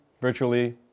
virtually